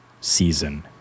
season